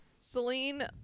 Celine